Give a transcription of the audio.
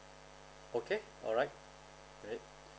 okay alright it